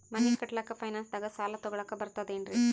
ಮನಿ ಕಟ್ಲಕ್ಕ ಫೈನಾನ್ಸ್ ದಾಗ ಸಾಲ ತೊಗೊಲಕ ಬರ್ತದೇನ್ರಿ?